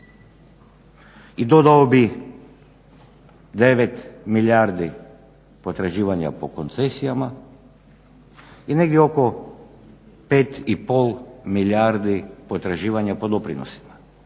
i dodao bih 9 milijardi potraživanja po koncesijama i negdje oko 5,5 milijardi potraživanja po doprinosima.